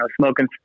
Smoking